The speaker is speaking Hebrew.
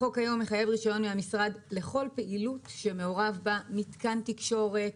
החוק היום מחייב רישיון מהמשרד לכל פעילות שמעורב בה מתקן תקשורת,